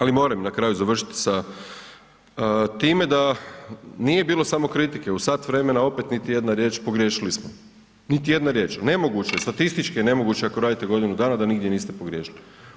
Ali moram na kraju završiti sa time da nije bilo samo kritike, u sat vremena opet niti jedna riječ „pogriješili smo“, niti jedna riječ, nemoguće je, statistički je nemoguće ako radite godinu dana da nigdje niste pogriješili.